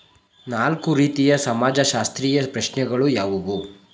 ನಾಲ್ಕು ರೀತಿಯ ಸಮಾಜಶಾಸ್ತ್ರೀಯ ಪ್ರಶ್ನೆಗಳು ಯಾವುವು?